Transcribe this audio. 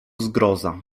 zgroza